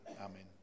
amen